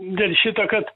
dėl šito kad